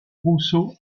rousseau